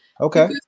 Okay